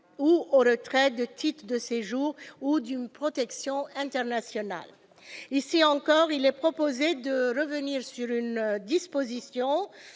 ou au retrait d'un titre de séjour ou d'une protection internationale. Ici encore, il est proposé de revenir sur les dispositions